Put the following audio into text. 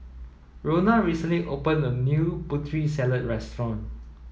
Rona recently opened a new Putri Salad restaurant